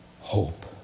hope